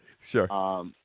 sure